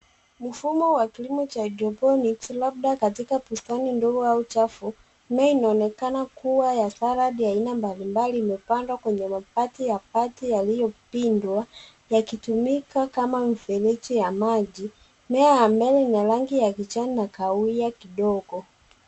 Mfumo wa kilimo cha hydroponics labda katika bustani ndogo, au chafu. Mimea inaonekana kuwa ya salad ya aina mbalimbali imepandwa kwenye mabati ya bati yaliopindwa yakitumika kama mirefeji ya maji, mimea ya mbele ina rangi ya kijani na kahawia kidogo.